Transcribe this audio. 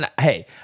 hey